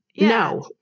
No